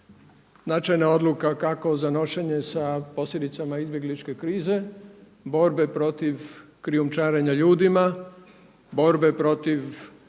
značajna odluka kako za nošenje posljedicama izbjegličke krize, borbe protiv krijumčarenja ljudima, borbe protiv